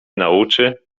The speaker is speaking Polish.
nauczy